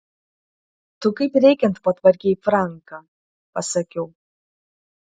tu kaip reikiant patvarkei franką pasakiau